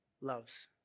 loves